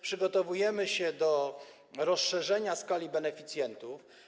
Przygotowujemy się do rozszerzenia skali beneficjentów.